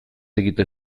egiten